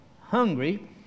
hungry